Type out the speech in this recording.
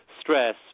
stress